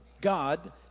god